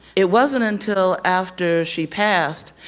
it wasn't until after she passed,